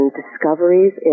discoveries